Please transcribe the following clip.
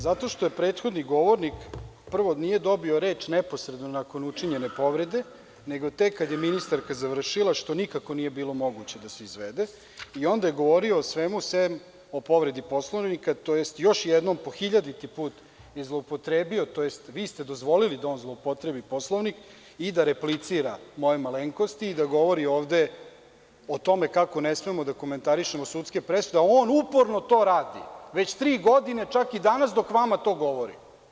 Zato što prethodni govornik, prvo, nije dobio reč neposredno nakon učinjene povrede, nego tek kada je ministarka završila, što nikako nije bilo moguće da se izvede, a onda je govorio o svemu sem o povredi Poslovnika, tj. još jednom, po hiljaditi put je zloupotrebio, tj. vi ste dozvolili da on zloupotrebi Poslovnik i da replicira mojoj malenkosti i da govori ovde o tome kako ne smemo da komentariše-mo sudske presude, a on uporno to radi već tri godine, čak i danas, dok vama to govori.